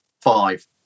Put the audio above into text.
five